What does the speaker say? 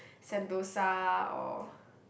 Sentosa or